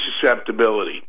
susceptibility